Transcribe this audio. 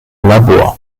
labor